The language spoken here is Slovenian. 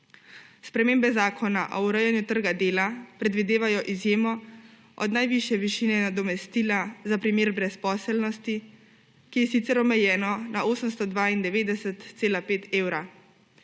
Spremembe Zakona o urejanju trga dela predvidevajo izjemo od najvišje višine nadomestila za primer brezposelnosti, ki je sicer omejeno na 892,5 evra.